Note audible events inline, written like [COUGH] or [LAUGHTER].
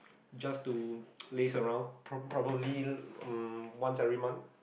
just to [NOISE] laze around prob~ probably um once every month